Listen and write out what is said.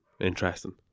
Interesting